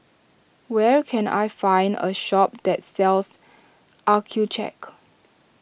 where can I find a shop that sells Accucheck